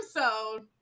episode